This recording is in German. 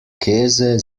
käse